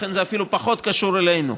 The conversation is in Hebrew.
לכן, זה אפילו פחות קשור אלינו.